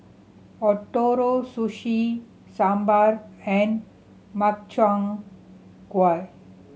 Ootoro Sushi Sambar and Makchang Gui